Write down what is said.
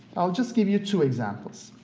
i'll just give you two examples.